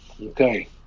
Okay